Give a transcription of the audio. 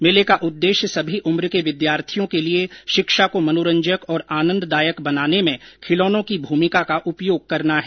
मेले का उद्देश्य सभी उम्र के विद्यार्थियों के लिए शिक्षा को मनोरंजक और आनन्ददायक बनाने में खिलौनों की भूमिका का उपयोग करना है